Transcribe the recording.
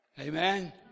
Amen